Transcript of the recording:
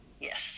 yes